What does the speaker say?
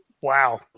Wow